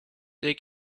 der